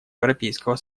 европейского